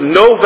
no